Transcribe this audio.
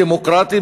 דמוקרטי,